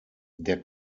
der